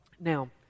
Now